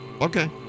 Okay